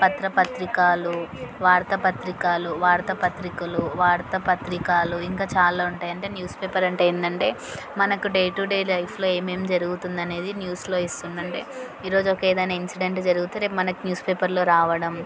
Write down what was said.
పత్రా పత్రికాలు వార్తా పత్రికాలు వార్తా పత్రికలు వార్తా పత్రికాలు ఇంకా చాలా ఉంటాయి అంటే న్యూస్ పేపర్ అంటే ఏంటంటే మనకు డే టు డే లైఫ్లో ఏమేమి జరుగుతుంది అనేది న్యూస్లో వేస్తుండంటే ఈరోజు ఒక ఏదైనా ఇన్సిడెంట్ జరిగితే రేపు మనకు న్యూస్ పేపర్లో రావడం